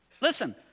Listen